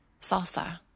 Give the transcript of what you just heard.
salsa